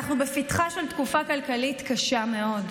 אנחנו בפתחה של תקופה כלכלית קשה מאוד,